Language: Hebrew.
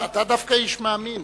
אתה דווקא איש מאמין,